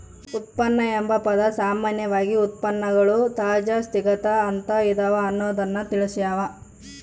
ಉತ್ಪನ್ನ ಎಂಬ ಪದ ಸಾಮಾನ್ಯವಾಗಿ ಉತ್ಪನ್ನಗಳು ತಾಜಾ ಸ್ಥಿತಿಗ ಅಂತ ಇದವ ಅನ್ನೊದ್ದನ್ನ ತಿಳಸ್ಸಾವ